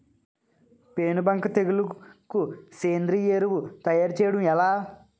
పేను బంక తెగులుకు సేంద్రీయ ఎరువు తయారు చేయడం ఎలా?